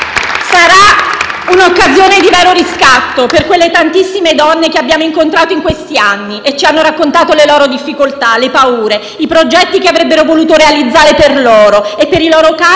Sarà un'occasione di vero riscatto per quelle tantissime donne che abbiamo incontrato in questi anni e che ci hanno raccontato le loro difficoltà, le paure, i progetti che avrebbero voluto realizzare per loro e per i loro cari,